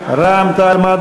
מי